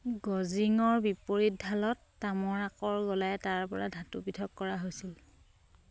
গ'জিঙৰ বিপৰীত ঢালত তামৰ আকৰ গলাই তাৰ পৰা ধাতু পৃথক কৰা হৈছিল